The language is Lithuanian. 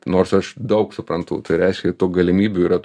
tai nors aš daug suprantu tai reiškia tų galimybių yra